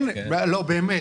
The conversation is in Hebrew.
לא, באמת.